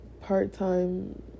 part-time